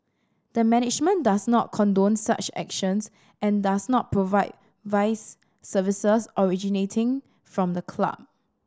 the management does not condone such actions and does not provide vice services originating from the club